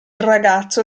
ragazzo